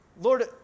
Lord